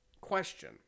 question